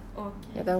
okay